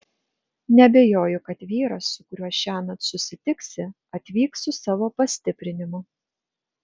neabejoju kad vyras su kuriuo šiąnakt susitiksi atvyks su savo pastiprinimu